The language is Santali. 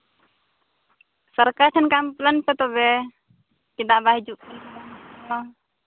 ᱥᱟᱨᱠᱟᱨ ᱴᱷᱮᱱ ᱠᱚᱢᱯᱞᱮᱱ ᱯᱮ ᱛᱚᱵᱮ ᱪᱮᱫᱟᱜ ᱵᱟᱭ ᱦᱤᱡᱩᱜ ᱠᱟᱱᱟ ᱨᱟᱱ